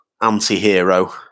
anti-hero